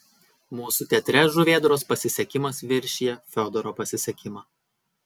mūsų teatre žuvėdros pasisekimas viršija fiodoro pasisekimą